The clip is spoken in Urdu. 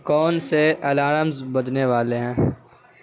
کون سے الارمز بجنے والے ہیں